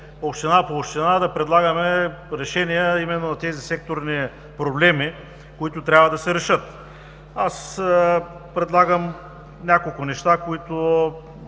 община по община да предлагаме решения именно на тези секторни проблеми, които трябва да се решат. Предлагам няколко неща –